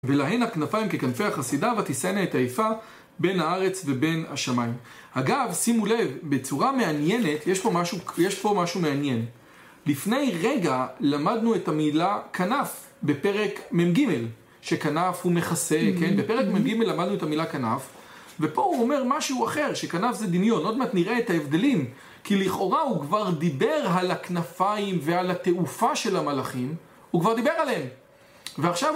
ולהנה כנפיים ככנפי החסידה, ותסייני את העיפה בין הארץ ובין השמיים. אגב, שימו לב, בצורה מעניינת, יש פה משהו מעניין. לפני רגע למדנו את המילה כנף בפרק מ"ג שכנף הוא מחסה, כן? בפרק מ"ג למדנו את המילה כנף, ופה הוא אומר משהו אחר, שכנף זה דמיון, עוד מעט נראה את ההבדלים, כי לכאורה הוא כבר דיבר על הכנפיים ועל התעופה של המלאכים, הוא כבר דיבר עליהם. ועכשיו...